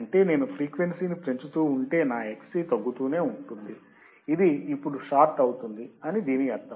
అంటే నేను ఫ్రీక్వెన్సీని పెంచుతూ ఉంటే నా Xc తగ్గుతూనే ఉంటుంది ఇది ఇప్పుడు షార్ట్ అవుతుంది అని దీని అర్థం